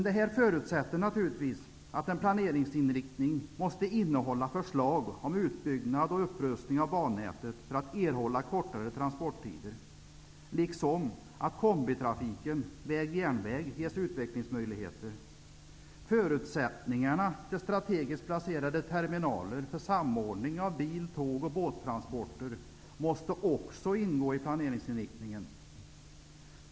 Detta förutsätter naturligtvis att en planeringsinriktning måste innehålla förslag om utbyggnad och upprustning av bannätet för att erhålla kortare transporttider, liksom att kombitrafiken väg-järnväg ges utvecklingsmöjligheter. Förutsättningarna till strategiskt placerade terminaler för samordning av bil-, tåg och båttransporter måste också ingå i planeringsinriktningen.